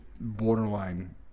borderline